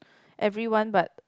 everyone but